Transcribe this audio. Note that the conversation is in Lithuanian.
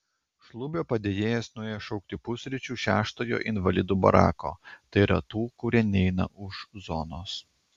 šlubio padėjėjas nuėjo šaukti pusryčių šeštojo invalidų barako tai yra tų kurie neina už zonos